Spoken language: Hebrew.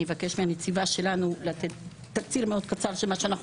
אני אבקש מהנציבה שלנו לתת תקציר קצר מאוד של מה שאנחנו